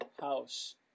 house